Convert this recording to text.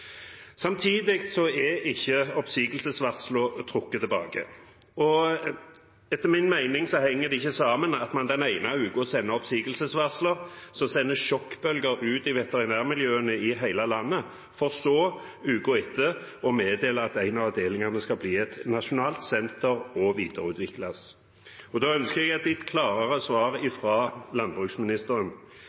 er oppsigelsesvarsler ikke trukket tilbake. Etter min mening henger det ikke sammen at man den ene uken sender oppsigelsesvarsler som sender sjokkbølger ut i veterinærmiljøene i hele landet, for så – uken etter – å meddele at en av avdelingene skal bli et nasjonalt senter og videreutvikles. Jeg ønsker et litt klarere svar fra landbruksministeren.